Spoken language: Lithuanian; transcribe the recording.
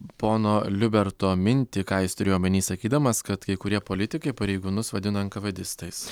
pono liuberto mintį ką jis turėjo omeny sakydamas kad kai kurie politikai pareigūnus vadino enkavėdistais